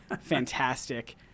fantastic